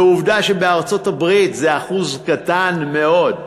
ועובדה שבארצות-הברית זה אחוז קטן מאוד.